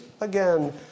again